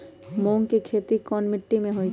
मूँग के खेती कौन मीटी मे होईछ?